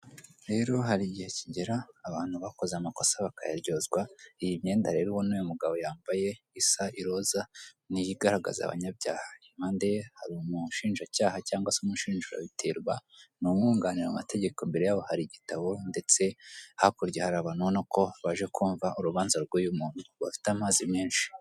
Hero hari igihe kigera abantu bakoze amakosa bakayaryozwa, iyi myenda rerobona uyu mugabo yambaye isa iroza niyigaragaza abanyabyaha, impande hari umushinjacyaha cyangwa se umushinja biterwa n'uwunganira mu mategeko, mbere yabo hari igitabo ndetse hakurya hari abantu ubona ko baje kumva urubanza rw'uyu muntu bafite amazi menshi.